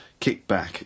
kickback